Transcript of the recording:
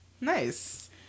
Nice